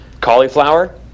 cauliflower